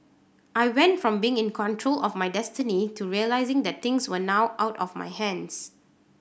I went from being in control of my destiny to realising that things were now out of my hands